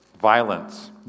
violence